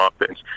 offense